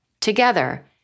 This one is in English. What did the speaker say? Together